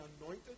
anointed